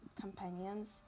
companions